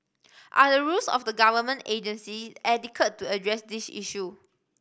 are the rules of the government agencies adequate to address the issue